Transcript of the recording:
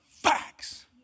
facts